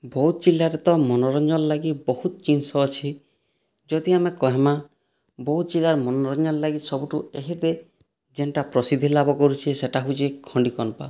ବୌଦ୍ଧ୍ ଜିଲ୍ଲାରେ ତ ମନୋରଞ୍ଜନ୍ ଲାଗି ବହୁତ୍ ଜିନିଷ ଅଛି ଯଦି ଆମେ କହେମା ବୌଦ୍ଧ୍ ଜିଲ୍ଲାର୍ ମନୋରଞ୍ଜନ୍ ଲାଗି ସବୁଠୁ ଏହିଥି ଯେନ୍ଟା ପ୍ରସିଦ୍ଧି ଲାଭ୍ କରୁଛେ ସେଟା ହଉଛେ ଖଣ୍ଡି କନ୍ପା